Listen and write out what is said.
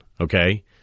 Okay